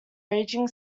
raging